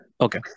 Okay